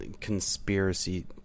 conspiracy